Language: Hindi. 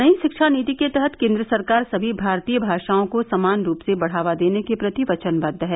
नई रिक्षा नीति के तहत केन्द्र सरकार सभी भारतीय भाषाओं को समान रूप से बढ़ावा देने के प्रति वचनबद्व है